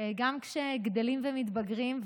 גם כשגדלים ומתבגרים,